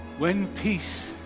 when peace